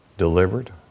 Delivered